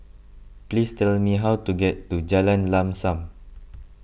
please tell me how to get to Jalan Lam Sam